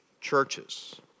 churches